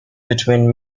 between